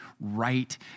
right